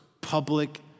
public